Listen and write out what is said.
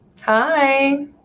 Hi